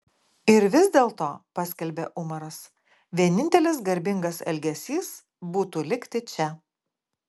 ir vis dėlto paskelbė umaras vienintelis garbingas elgesys būtų likti čia